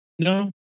No